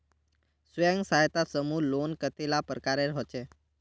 स्वयं सहायता समूह लोन कतेला प्रकारेर होचे?